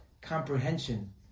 comprehension